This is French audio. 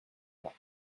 pas